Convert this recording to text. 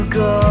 go